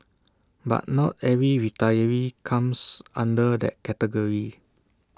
but not every retiree comes under that category